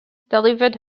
delivered